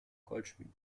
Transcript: goldschmied